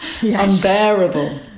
unbearable